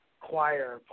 choir